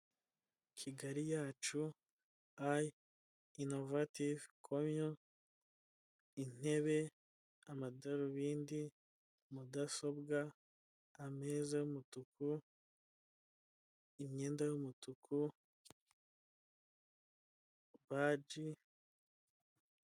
Kigali yacu ayi inovative koriyamu intebe, amadarobindi, mudasobwa, ameza y'umutuku, imyenda y'umutuku, baji.